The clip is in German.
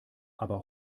aber